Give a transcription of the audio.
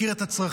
מכיר את הצרכים